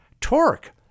torque